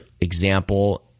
example